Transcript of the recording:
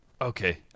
Okay